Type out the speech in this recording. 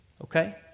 okay